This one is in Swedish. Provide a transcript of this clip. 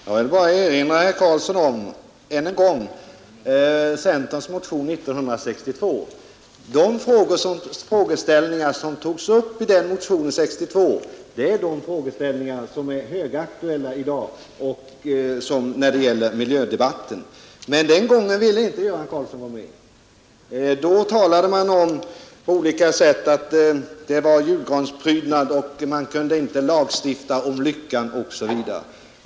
Herr talman! Jag vill bara än en gång erinra herr Karlsson i Huskvarna om centerns motion år 1962. De frågeställningar som togs upp i motionen 1962 är de frågeställningar som är högaktuella i dag när det gäller miljödebatten. Men den gången ville inte herr Karlsson vara med. Då talade man om att det var en julgransprydnad, om att man inte kunde lagstifta om lyckan osv.